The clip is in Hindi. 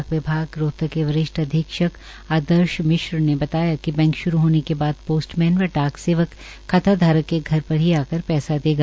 डाक विभाग रोहतक के वरिष्ठ अधीक्षक आदर्श मिशर ने बताया कि बैंक श्रू होने के बाद पोस्टमैन व डाक सेवा खाता धारक के घर पर ही आकर पैसा देगा